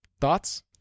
Thoughts